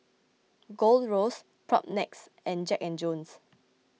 Gold Roast Propnex and Jack and Jones